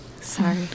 Sorry